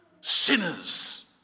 sinners